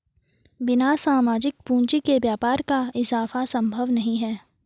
बिना सामाजिक पूंजी के व्यापार का इजाफा संभव नहीं है